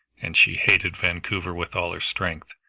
and she hated vancouver with all her strength.